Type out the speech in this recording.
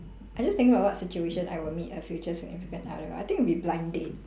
I just thinking about what situation I would meet a future significant other I think it would be blind date